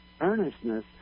earnestness